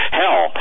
hell